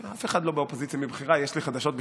אף אחד לא באופוזיציה מבחירה, יש לי חדשות בשבילך.